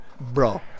bro